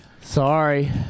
Sorry